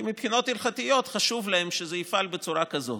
כי מבחינות הלכתיות חשוב להם שזה יפעל בצורה כזאת.